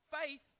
faith